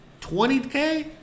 20k